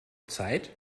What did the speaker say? zeit